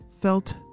felt